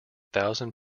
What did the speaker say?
thousand